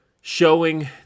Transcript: showing